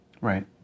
Right